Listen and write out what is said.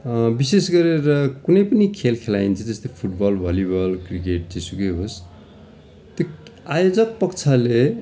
विशेष गरेर कुनै पनि खेल खेलाइन्छ जस्तै football volleyball cricket जे सुकै होस् त्यो आयोजक पक्षले